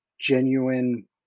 genuine